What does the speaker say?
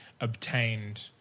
obtained